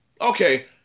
Okay